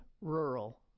rural